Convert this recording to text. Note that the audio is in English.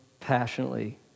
passionately